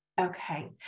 Okay